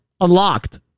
unlocked